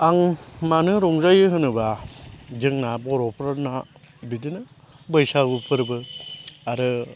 आं मानो रंजायो होनोब्ला जोंना बर'फोरना बिदिनो बैसागु फोरबो आरो